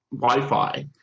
Wi-Fi